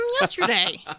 yesterday